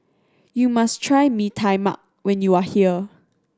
you must try Mee Tai Mak when you are here